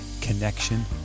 connection